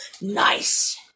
Nice